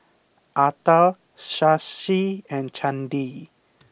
Atal Shashi and Chandi